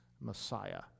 messiah